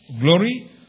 glory